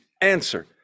Answer